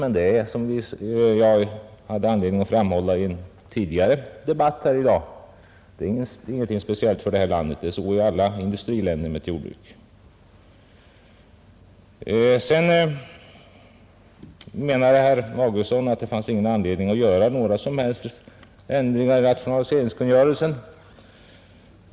Men det är, som jag hade anledning framhålla i en tidigare debatt här i dag, ingenting speciellt för vårt land. Det är så i alla industriländer med ett jordbruk. Herr Augustsson ansåg att det inte fanns anledning att göra några som helst ändringar i rationaliseringskungörelsen.